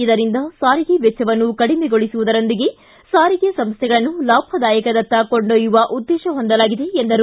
ಇದರಿಂದ ಸಾರಿಗೆ ವೆಚ್ಚವನ್ನು ಕಡಿಮೆಗೊಳಸವುದರೊಂದಿಗೆ ಸಾರಿಗೆ ಸಂಸ್ಥೆಗಳನ್ನು ಲಾಭದಾಯಕದತ್ತ ಕೊಂಡೊಯ್ಯವ ಉದ್ದೇಶ ಹೊಂದಲಾಗಿದೆ ಎಂದರು